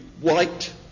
white